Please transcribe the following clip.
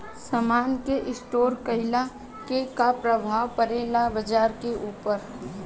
समान के स्टोर काइला से का प्रभाव परे ला बाजार के ऊपर?